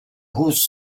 hosts